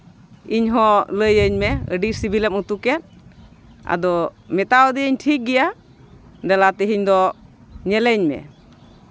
ᱤᱧᱦᱚᱸ ᱞᱟᱹᱭᱟᱹᱧ ᱢᱮ ᱟᱹᱰᱤ ᱥᱤᱵᱤᱞᱮᱢ ᱩᱛᱩ ᱠᱮᱫ ᱟᱫᱚ ᱢᱮᱛᱟᱣ ᱫᱤᱭᱟᱹᱧ ᱴᱷᱤᱠ ᱜᱮᱭᱟ ᱫᱮᱞᱟ ᱛᱮᱦᱮᱧ ᱫᱚ ᱧᱮᱞᱤᱧ ᱢᱮ